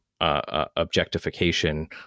Objectification